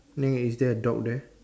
then is there a dog there